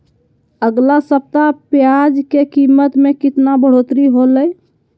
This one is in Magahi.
अगला सप्ताह प्याज के कीमत में कितना बढ़ोतरी होलाय?